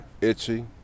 itchy